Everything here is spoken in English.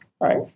right